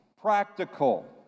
practical